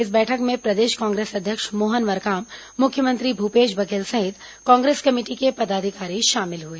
इस बैठक में प्रदेश कांग्रेस अध्यक्ष मोहन मरकाम मुख्यमंत्री भूपेश बघेल सहित कांग्रेस कमेटी के पदाधिकारी शामिल हुए